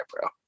bro